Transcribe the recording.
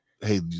hey